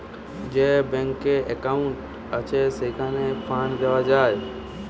যে ব্যাংকে একউন্ট আছে, সেইখানে ফান্ড দেওয়া যায়